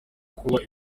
kuba